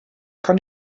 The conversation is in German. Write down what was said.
kann